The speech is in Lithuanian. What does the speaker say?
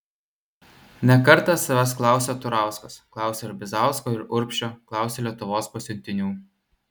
ne kartą savęs klausė turauskas klausė ir bizausko ir urbšio klausė lietuvos pasiuntinių